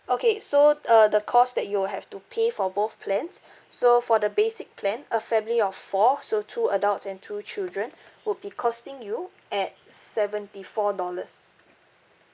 okay so uh the cost that you will have to pay for both plans so for the basic plan a family of four so two adults and two children would be costing you at seventy four dollars